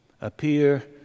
appear